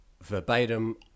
verbatim